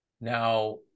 Now